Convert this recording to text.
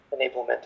enablement